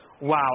wow